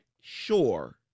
sure